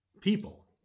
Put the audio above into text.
people